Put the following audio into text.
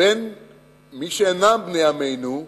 בין מי שאינם בני עמנו,